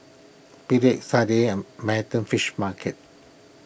Picard Sadia and Manhattan Fish Market